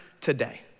today